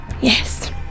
Yes